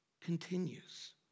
continues